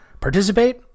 participate